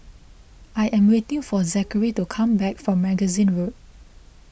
I am waiting for Zachery to come back from Magazine Road